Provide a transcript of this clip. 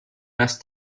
das